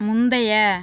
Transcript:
முந்தைய